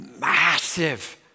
massive